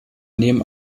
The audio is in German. nehmen